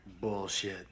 Bullshit